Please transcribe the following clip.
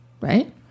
right